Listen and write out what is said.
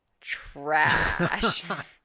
trash